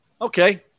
okay